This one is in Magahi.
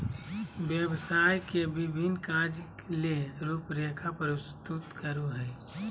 व्यवसाय के विभिन्न कार्य ले रूपरेखा प्रस्तुत करो हइ